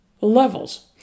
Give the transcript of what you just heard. levels